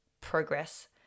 progress